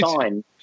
time